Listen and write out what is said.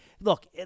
Look